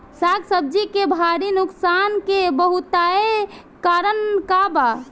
साग सब्जी के भारी नुकसान के बहुतायत कारण का बा?